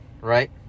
right